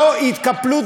לא התקפלות,